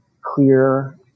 clear